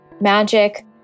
magic